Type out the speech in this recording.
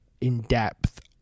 in-depth